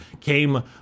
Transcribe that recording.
came